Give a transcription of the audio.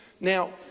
Now